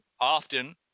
often